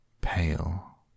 pale